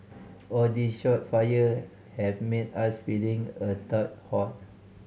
all these shot fired have made us feeling a tad hot